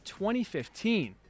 2015